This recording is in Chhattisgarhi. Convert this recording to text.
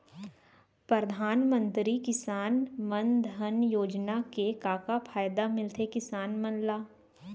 परधानमंतरी किसान मन धन योजना के का का फायदा मिलथे किसान मन ला?